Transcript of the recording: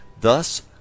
Thus